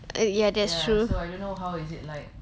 ya that's true